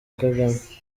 kagame